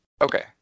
okay